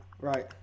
Right